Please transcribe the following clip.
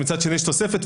ומצד שני יש תוספת,